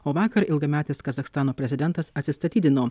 o vakar ilgametis kazachstano prezidentas atsistatydino